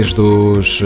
dos